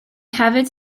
hefyd